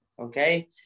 okay